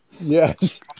Yes